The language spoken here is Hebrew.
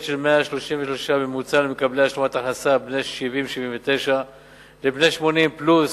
של 133 שקל בממוצע למקבלי השלמת הכנסה בני 70 79. לבני 80 פלוס,